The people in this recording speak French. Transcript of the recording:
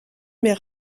mais